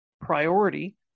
priority